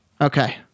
Okay